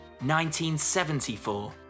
1974